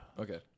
okay